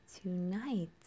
tonight